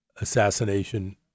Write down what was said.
assassination